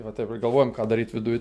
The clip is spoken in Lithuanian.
va taip ir galvojam ką daryt viduj